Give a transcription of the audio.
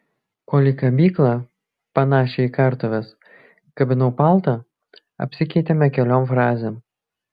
kol į kabyklą panašią į kartuves kabinau paltą apsikeitėme keliom frazėm